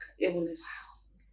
illness